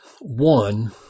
One